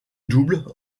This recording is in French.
double